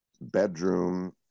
bedroom